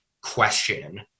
question